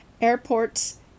Airports